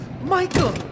Michael